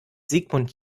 sigmund